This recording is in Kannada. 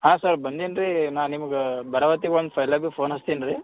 ಹಾಂ ಸರ್ ಬಂದೀನಿ ರೀ ನಾ ನಿಮ್ಗೆ ಬರಾವತ್ತಿಗೆ ಒಂದು ಫೈಲಗು ಫೋನ್ ಹಚ್ತೀನಿ ರೀ